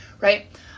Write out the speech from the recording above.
right